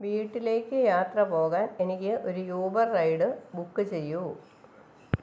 വീട്ടിലേക്ക് യാത്ര പോകാൻ എനിക്ക് ഒരു യൂബർ റൈഡ് ബുക്ക് ചെയ്യൂ